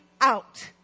out